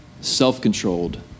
self-controlled